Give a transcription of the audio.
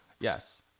Yes